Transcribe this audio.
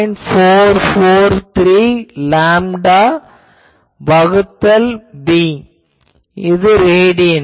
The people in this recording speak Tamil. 443 லேம்டா வகுத்தல் b ரேடியனில்